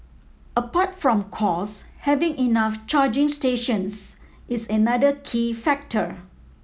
apart from cost having enough charging stations is another key factor